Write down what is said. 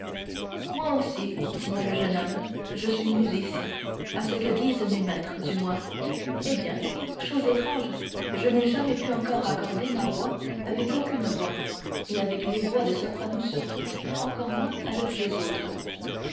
moi aussi continua le jeune homme je suis musicien à ce que disent mes maîtres du moins eh bien chose étrange je n'ai jamais pu encore accorder ma voix avec aucune voix et avec les voix de soprano surtout encore moins qu'avec les autres